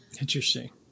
Interesting